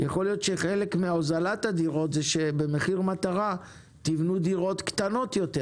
יכול להיות שחלק מהוזלת הדירות זה שבמחיר מטרה תבנו דירות קטנות יותר